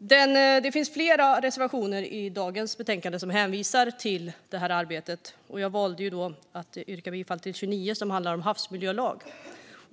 Det finns flera reservationer i dagens betänkande där det hänvisas till detta arbete. Jag valde att yrka bifall till reservation 29 som handlar om en havsmiljölag.